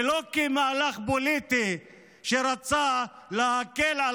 ולא מהלך פוליטי שרצה להקל על